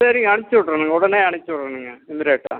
சரிங்க அனுப்ச்சுவிட்றனுங்க உடனே அனுப்ச்சுவிடறனுங்க இமீடியட்டாக